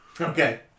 Okay